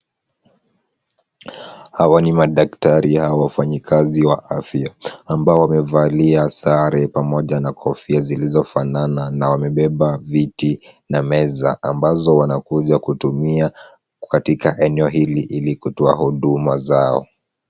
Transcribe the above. Hawa ni madaktari au wafanyikazi wa afya, ambao wamevalia sare pamoja na kofia zilizofanana na wamebeba viti na meza ambazo wanakuja kutumia katika eneo hili, ili kutoa huduma zao.